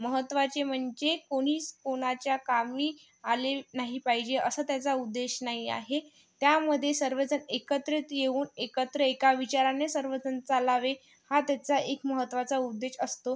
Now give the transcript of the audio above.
महत्त्वाचे म्हणजे कोणीच कोणाच्या कामी आले नाही पाहिजे असं त्याचा उद्देश नाही आहे त्यामध्ये सर्वजण एकत्रित येऊन एकत्र एका विचाराने सर्वजण चालावे हा त्याचा एक महत्त्वाचा उद्देश असतो